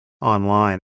online